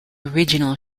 original